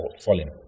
fallen